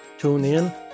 TuneIn